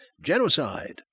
genocide